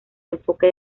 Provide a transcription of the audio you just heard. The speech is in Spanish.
enfoque